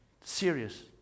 serious